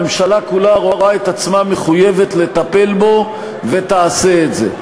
הממשלה כולה רואה את עצמה מחויבת לטפל בו ותעשה את זה.